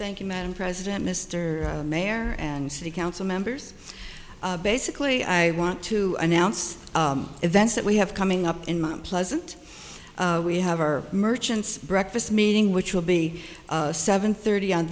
thank you madam president mr mayor and city council members basically i want to announce events that we have coming up in my pleasant we have our merchants breakfast meeting which will be seven thirty on